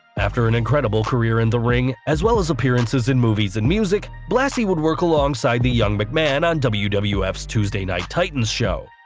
after an incredible career in the ring, as well as appearances in movies and music, blassie would work alongside the young mcmahon on wwf's wwf's tuesday night titans show.